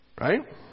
Right